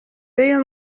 y’uyu